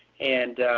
and